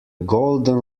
golden